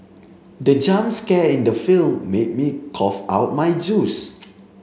the jump scare in the film made me cough out my juice